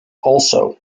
also